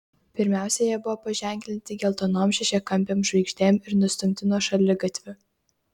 pirmiausia jie buvo paženklinti geltonom šešiakampėm žvaigždėm ir nustumti nuo šaligatvių